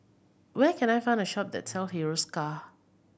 where can I find a shop that Hiruscar